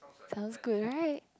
sounds good right